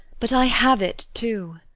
but i have it too.